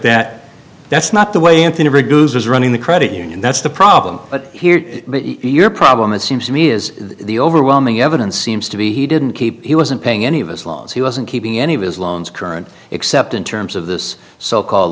that that's not the way anthony reduces running the credit union that's the problem but hear me your problem it seems to me is the overwhelming evidence seems to be he didn't keep he wasn't paying any of us laws he wasn't keeping any of his loans current except in terms of this so called